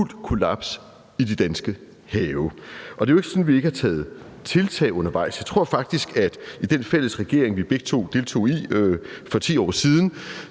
fuldt kollaps i de danske have. Det er jo ikke sådan, at vi ikke har taget tiltag undervejs. Jeg tror faktisk, at i den fælles regering, vi begge to deltog i for 10 år siden,